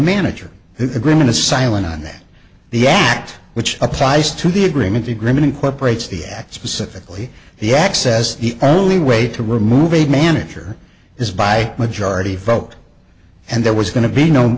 manager who agreement is silent on the act which applies to the agreement agreement incorporates the at specifically the access the only way to remove a manager is by majority vote and there was going to be no